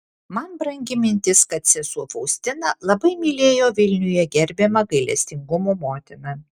man brangi mintis kad sesuo faustina labai mylėjo vilniuje gerbiamą gailestingumo motiną